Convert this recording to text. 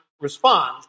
respond